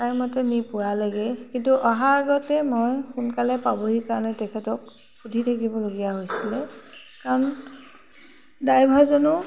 টাইমতে নি পোৱালেগৈ কিন্তু অহা আগতে মই সোনকালে পাবহিৰ কাৰণে তেখেতক সুধি থাকিবলগীয়া হৈছিলে কাৰণ ড্ৰাইভাৰজনো